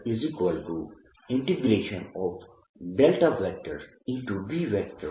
dl